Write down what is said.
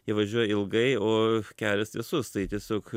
jie važiuoja ilgai o kelias tiesus tai tiesiog